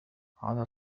عدد